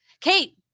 Kate